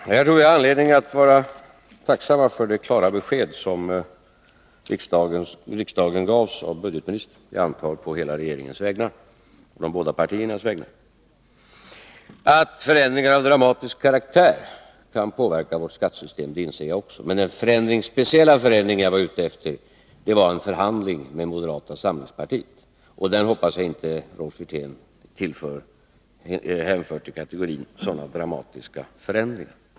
Herr talman! Jag tror att vi har anledning att vara tacksamma för det klara besked som riksdagen gavs av budgetministern, jag antar på hela regeringens vägnar och på de båda regeringspartiernas vägnar. Att förändringar av dramatisk karaktär kan påverka vårt skattesystem inser jag också, men den speciella förändring jag var ute efter var en förhandling med moderata samlingspartiet. Den hoppas jag att Rolf Wirtén inte hänför till kategorin dramatiska förändringar.